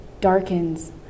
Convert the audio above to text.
darkens